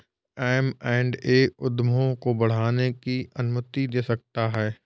M and A उद्यमों को बढ़ाने की अनुमति दे सकता है